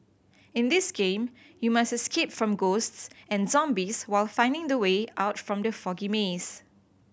in this game you must escape from ghosts and zombies while finding the way out from the foggy maze